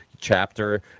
chapter